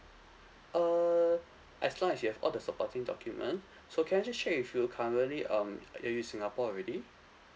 err as long as you have all the supporting document so can I just check with you currently um are you in singapore already